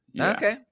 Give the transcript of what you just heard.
Okay